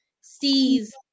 sees